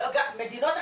ממדינות.